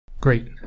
Great